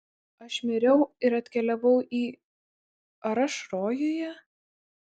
aš miriau ir atkeliavau į ar aš rojuje